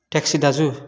taxi दाजु